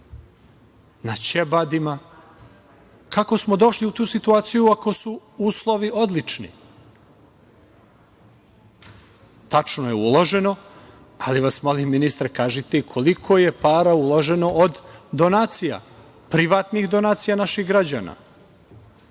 na ćebadi? Kako smo došli u tu situaciju ako su uslovi odlični? Tačno je da je uloženo, ali vas molim, ministre, kažite i koliko je para uloženo od donacija, privatnih donacija naših građana,